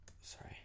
sorry